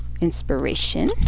inspiration